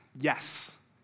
yes